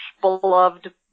beloved